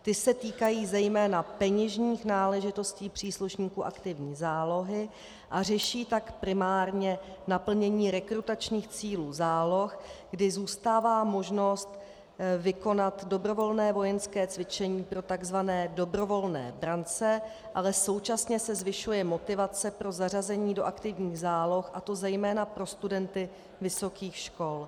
Ty se týkají zejména peněžních náležitostí příslušníků aktivní zálohy a řeší tak primárně naplnění rekrutačních cílů záloh, kdy zůstává možnost vykonat dobrovolné vojenské cvičení pro takzvané dobrovolné brance, ale současně se zvyšuje motivace pro zařazení do aktivních záloh, a to zejména pro studenty vysokých škol.